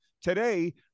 today